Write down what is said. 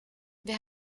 wir